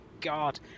god